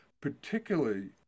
particularly